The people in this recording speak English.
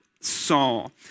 Saul